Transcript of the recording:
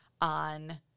on